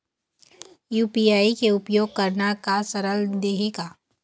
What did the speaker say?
UPI के उपयोग करना का सरल देहें का?